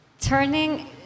Turning